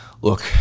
Look